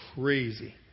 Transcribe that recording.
crazy